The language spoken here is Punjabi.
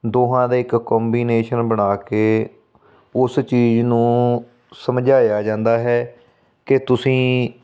ਦੋਹਾਂ ਦੇ ਇੱਕ ਕੋਂਬੀਨੇਸ਼ਨ ਬਣਾ ਕੇ ਉਸ ਚੀਜ਼ ਨੂੰ ਸਮਝਾਇਆ ਜਾਂਦਾ ਹੈ ਕਿ ਤੁਸੀਂ